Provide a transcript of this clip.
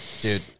Dude